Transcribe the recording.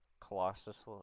Colossus